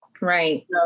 Right